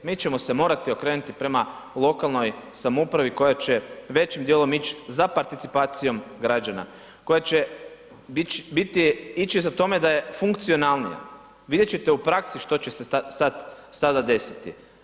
Mi ćemo se morati okrenuti prema lokalnoj samoupravi koja će većim dijelom ići za participacijom građana, koja će biti, ići za tome da je funkcionalnija, vidjet ćete u praksi što će se sada desiti.